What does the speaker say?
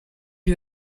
lui